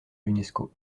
l’unesco